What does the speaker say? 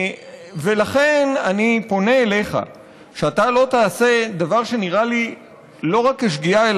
ולכן אני פונה אליך שאתה לא תעשה דבר שנראה לי לא רק כשגיאה,